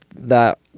that